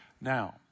Now